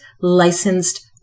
licensed